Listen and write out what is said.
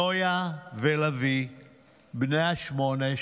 נויה ולביא בני השמונה,